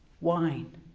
wine